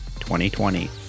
2020